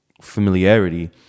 familiarity